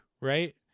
right